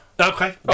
Okay